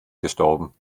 gestorben